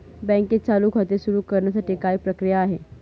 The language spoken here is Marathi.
बँकेत चालू खाते सुरु करण्यासाठी काय प्रक्रिया आहे?